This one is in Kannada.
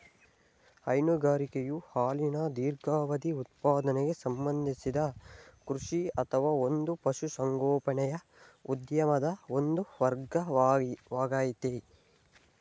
ಹೈನುಗಾರಿಕೆಯು ಹಾಲಿನ ದೀರ್ಘಾವಧಿ ಉತ್ಪಾದನೆಗೆ ಸಂಬಂಧಿಸಿದ ಕೃಷಿ ಅಥವಾ ಒಂದು ಪಶುಸಂಗೋಪನೆಯ ಉದ್ಯಮದ ಒಂದು ವರ್ಗವಾಗಯ್ತೆ